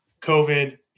COVID